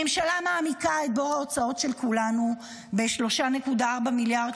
הממשלה מעמיקה את בור ההוצאות של כולנו ב-2.4 מיליארד